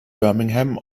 birmingham